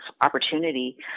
opportunity